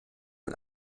und